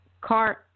car